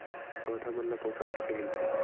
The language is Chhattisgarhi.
पौधा मन ला पोषण कइसे मिलथे?